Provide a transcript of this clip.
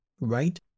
right